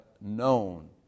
known